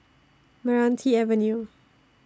Meranti Avenue